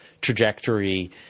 trajectory